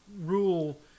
rule